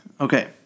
Okay